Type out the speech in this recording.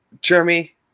Jeremy